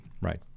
right